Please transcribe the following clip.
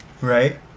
right